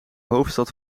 hoofdstad